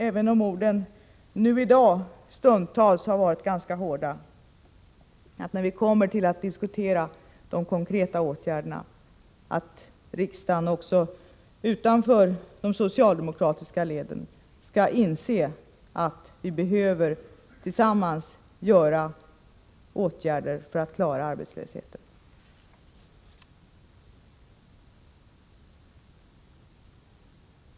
Även om orden i dag stundtals har varit ganska hårda hoppas jag att man i riksdagen, när vi kommer fram till en diskussion av de konkreta åtgärderna, också utanför de socialdemokratiska leden skall inse att vi tillsammans behöver vidta åtgärder för att klara av arbetslösheten.